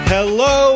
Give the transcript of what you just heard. Hello